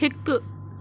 हिकु